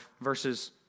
verses